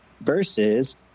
versus